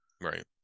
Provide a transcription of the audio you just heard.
right